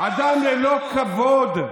אדם ללא כבוד,